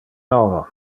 novo